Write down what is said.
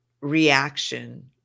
reaction